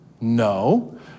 No